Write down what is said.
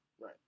Right